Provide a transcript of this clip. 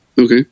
Okay